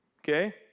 Okay